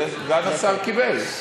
זה סגן השר קיבל.